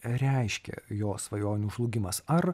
reiškia jo svajonių žlugimas ar